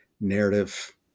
narrative